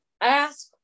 ask